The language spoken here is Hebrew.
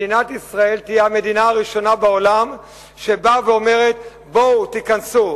מדינת ישראל תהיה המדינה הראשונה בעולם שבאה ואומרת: בואו תיכנסו,